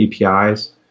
APIs